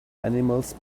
animals